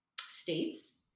states